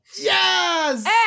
Yes